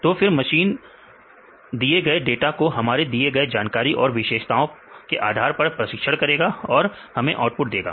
तो फिर मशीन दिए गए डेटा को हमारे दिए गए जानकारी और विशेषताओं के आधार पर प्रशिक्षित करेगा और हमें आउटपुट देगा